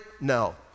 No